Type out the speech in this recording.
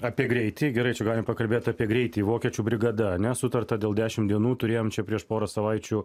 apie greitį gerai čia galim pakalbėt apie greitį vokiečių brigada ane sutarta dėl dešim dienų turėjom čia prieš porą savaičių